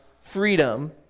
freedom